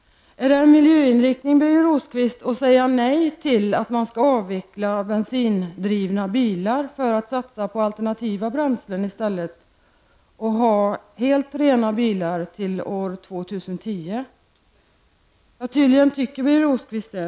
Är det, Birger Rosqvist, miljöinriktat att säga nej till en avveckling av bensindrivna bilar för att i stället satsa på alternativa bränslen och ha helt rena bilar år 2010? Tydligen tycker Birger Rosqvist det.